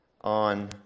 on